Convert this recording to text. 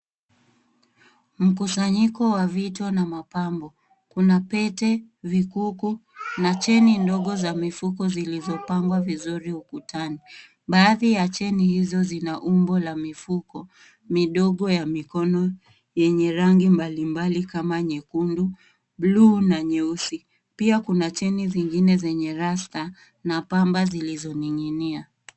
Mkusanyiko wa vitu na mapambo. Kuna pete, vikuku na cheni ndogo za mifuko zilizopangwa vizuri ukutani. Baadhi ya cheni hizo zina umbo la mifuko midogo ya mikono yenye rangi mbalimbali kama nyekundu, buluu na nyeusi. Pia kuna cheni zingine zenye rasta na pamba zilizoning'inia.